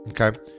Okay